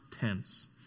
tense